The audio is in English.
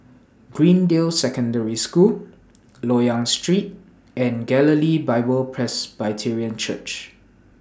Greendale Secondary School Loyang Street and Galilee Bible Presbyterian Church